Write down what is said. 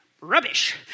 rubbish